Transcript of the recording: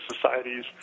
societies